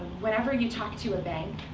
whenever you talk to a bank,